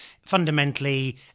fundamentally